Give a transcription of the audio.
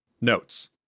Notes